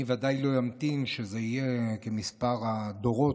אני ודאי לא אמתין שזה יהיה כמספר הדורות